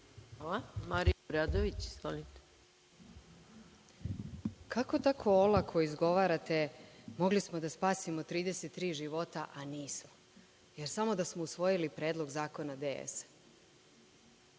**Marija Obradović** Kako tako olako izgovarate – mogli smo da spasimo 33 života a nismo, jer samo da smo usvojili Predlog zakona DS.